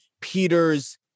Peter's